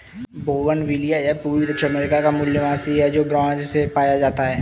bougainvillea यह पूर्वी दक्षिण अमेरिका का मूल निवासी है, जो ब्राज़ से पाया जाता है